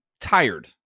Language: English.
tired